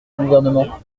gouvernement